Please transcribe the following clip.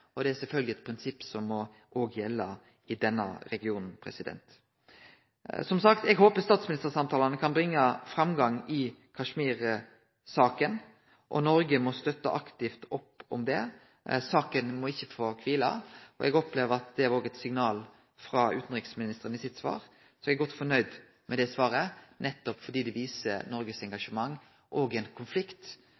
Det er eit prinsipp som sjølvsagt må gjelde i denne regionen. Som sagt: Eg håper at statsministersamtalane kan bringe framgang i Kashmir-saka. Noreg må aktivt støtte opp om det. Saka må ikkje få kvile. Eg opplever at det òg var eit signal om det i utanriksministerens svar. Eg er god fornøgd med det svaret, nettopp fordi det viser Noregs